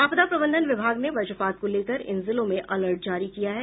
आपदा प्रबंधन विभाग ने वज्रपात को लेकर इन जिलों में अलर्ट जारी किया है